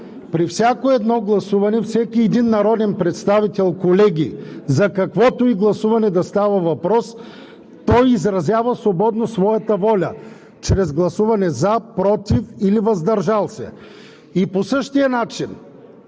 При всяко едно гласуване всеки един народен представител, колеги, за каквото и гласуване да става въпрос, той изразява свободно своята воля чрез гласуване „за“, „против“ или „въздържал се“. Свеждането на